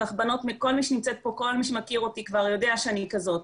כל מי שמכיר אותי כבר יודע שאני כזאת,